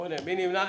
מי נמנע?